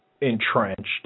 entrenched